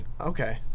Okay